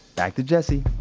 back to jesse.